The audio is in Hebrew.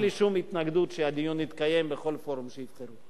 אין לי שום התנגדות שהדיון יתקיים בכל פורום שירצו.